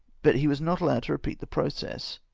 but he was not allowed to repeat the process.